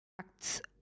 acts